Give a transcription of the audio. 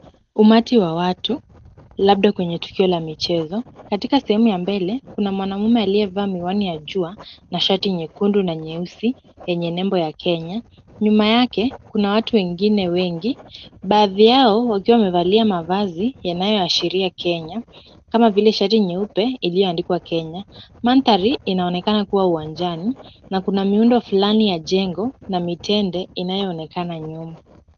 Umati wa watu, labda kwenye tukio la michezo, katika sehemu ya mbele, kuna mwanamume aliyevaa miwani ya jua na shati nyekundu na nyeusi, yenye nembo ya Kenya, nyuma yake, kuna watu wengine wengi, baadhi yao wakiwa wamevalia mavazi yanayoashiria Kenya, kama vile shati nyeupe iliyoandikwa 'Kenya', mandhari inaonekana kuwa uwanjani na kuna miundo fulani ya jengo na mitende inayo onekana nyuma.